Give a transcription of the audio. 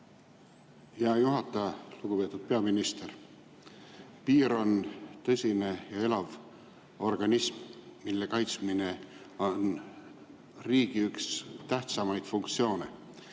Hea juhataja! Lugupeetud peaminister! Piir on tõsine ja elav organism, mille kaitsmine on riigi üks tähtsamaid funktsioone.